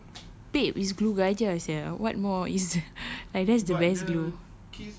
but babe it's glue gajah sia what more is like that's the best glue